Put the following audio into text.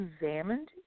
examined